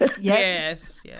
Yes